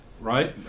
right